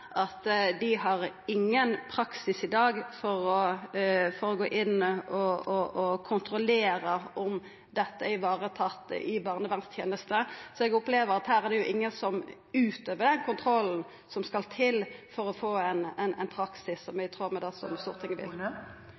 å gå inn og kontrollera om dette er varetatt i barnevernstenesta. Så eg opplever at det er ingen som utøver den kontrollen som skal til for å få ein praksis som er i tråd med det som